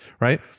Right